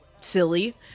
silly